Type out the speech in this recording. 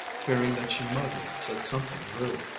fearing that she might have said something rude.